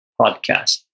podcast